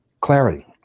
clarity